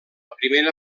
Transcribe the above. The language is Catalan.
primera